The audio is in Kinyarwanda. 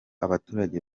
abaturage